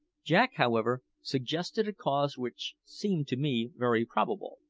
jack, however, suggested a cause which seemed to me very probable.